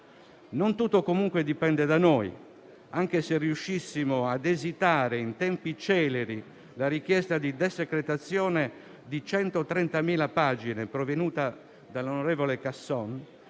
Non tutto comunque dipende da noi; anche se riuscissimo ad esitare in tempi celeri la richiesta di desecretazione di 130.000 pagine provenuta dall'onorevole Casson,